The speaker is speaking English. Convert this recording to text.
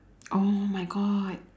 oh my god